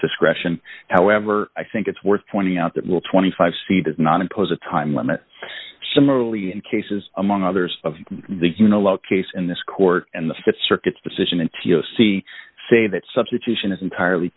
discretion however i think it's worth pointing out that will twenty five c does not impose a time limit similarly in cases among others of the you know low case in this court and the th circuit's decision and t o c say that substitution is entirely